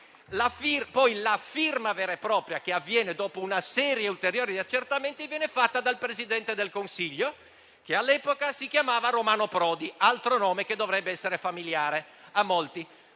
La firma vera e propria, che avviene dopo una serie ulteriore di accertamenti, viene fatta dal Presidente del Consiglio, che all'epoca si chiamava Romano Prodi (altro nome che dovrebbe essere familiare a molti).